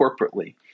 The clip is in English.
corporately